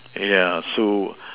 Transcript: ya so